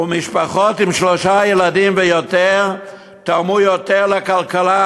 ומשפחות עם שלושה ילדים ויותר תרמו יותר לכלכלה,